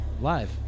live